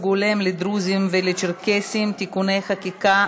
הולם לדרוזים ולצ'רקסים (תיקוני חקיקה),